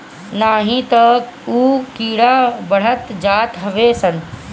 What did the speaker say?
नाही तअ उ कीड़ा बढ़त जात हवे सन